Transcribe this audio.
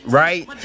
right